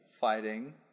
fighting